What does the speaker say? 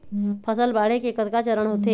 फसल बाढ़े के कतका चरण होथे?